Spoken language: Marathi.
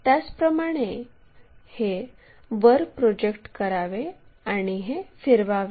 त्याचप्रमाणे हे वर प्रोजेक्ट करावे आणि फिरवावे